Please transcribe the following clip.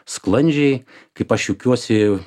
sklandžiai kaip aš juokiuosi